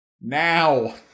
Now